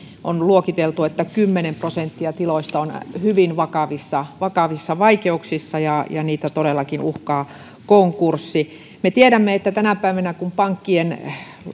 on luokiteltu että kymmenen prosenttia tiloista on hyvin vakavissa vakavissa vaikeuksissa ja ja niitä todellakin uhkaa konkurssi me tiedämme että tänä päivänä kun pankkien